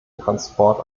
transport